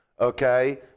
okay